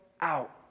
out